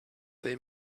they